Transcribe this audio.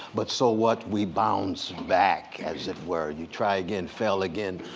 but so what? we bounce back, as it were. you try again, fail again.